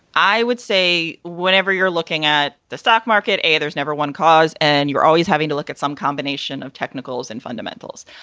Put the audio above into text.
i would say whenever you're looking at the stock market, there's never one cause and you're always having to look at some combination of technicals and fundamentals.